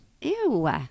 Ew